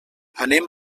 anem